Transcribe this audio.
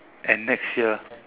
and next year